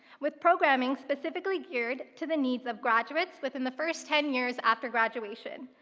with programming specifically geared to the needs of graduates within the first ten years after graduation,